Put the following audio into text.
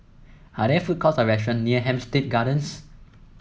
are there food courts or restaurant near Hampstead Gardens